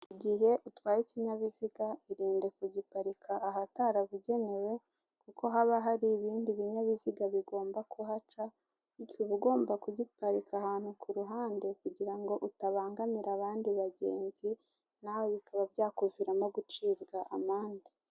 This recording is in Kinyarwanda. Igihe utwaye ikinyabiziga irinde kugiparika ahatarabugenewe kuko haba hari ibindi binyabiziga bigomba kuhaca, bityo uba ugomba kugiparika ahantu ku ruhande kugirango utabangamira abandi bagenzi nawe bikaba byakuviramo gucibwa amande.